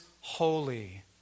holy